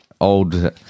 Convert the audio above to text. old